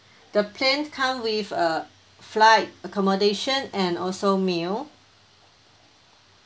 the plan come with a flight accommodation and also meal